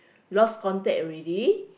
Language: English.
lost contact already